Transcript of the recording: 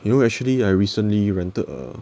you know actually I recently rented a